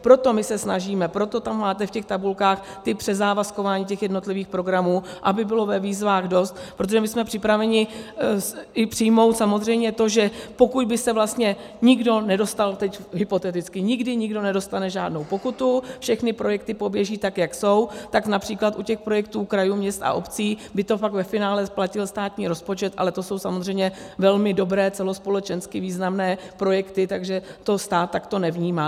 Proto se snažíme, proto tam máte v těch tabulkách přezávazkování jednotlivých programů, aby bylo ve výzvách dost, protože jsme připraveni přijmout samozřejmě to, že pokud by se vlastně nikdo nedostal, hypoteticky nikdy nikdo nedostane žádnou pokutu, všechny projekty poběží tak, jak jsou, tak například u těch projektů krajů, měst a obcí by to pak ve finále platil státní rozpočet, ale to jsou samozřejmě velmi dobré, celospolečensky významné projekty, takže to stát takto nevnímá.